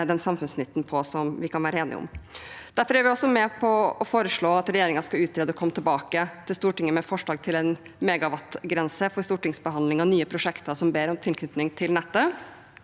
den samfunnsnytten på som vi kan være enige om. Derfor er vi også med på å foreslå at regjeringen skal utrede og komme tilbake til Stortinget med forslag til en megawatt-grense for stortingsbehandling av nye prosjekter som ber om tilknytning til nettet,